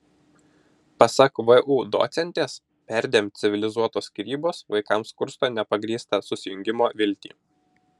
pasak vu docentės perdėm civilizuotos skyrybos vaikams kursto nebepagrįstą susijungimo viltį